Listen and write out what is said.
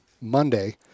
Monday